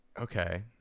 Okay